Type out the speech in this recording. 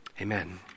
Amen